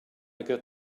got